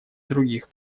других